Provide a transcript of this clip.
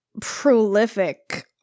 prolific